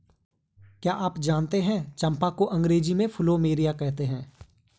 क्या आप जानते है चम्पा को अंग्रेजी में प्लूमेरिया कहते हैं?